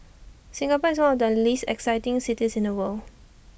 Singapore is one of the least exciting cities in the world